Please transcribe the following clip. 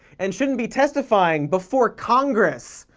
and shouldn't be testifying before congress.